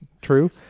true